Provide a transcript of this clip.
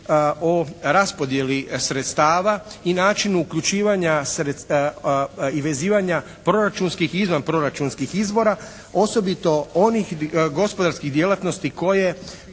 o raspodjelo sredstava i načinu uključivanja i vezivanja proračunskih i izvan proračunskih izvora osobito onih gospodarskih djelatnosti koje